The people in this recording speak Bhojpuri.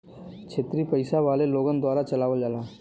क्षेत्रिय पइसा वाले लोगन द्वारा चलावल जाला